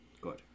Good